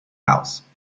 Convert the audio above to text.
house